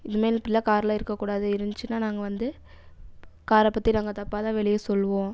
இது மாரி இப்படியெலாம் காரில் இருக்கக்கூடாது இருந்துச்சுன்னால் நாங்கள் வந்து காரை பற்றி நாங்கள் தப்பாகதான் வெளியே சொல்லுவோம்